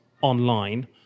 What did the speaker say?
online